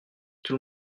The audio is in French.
tout